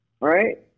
Right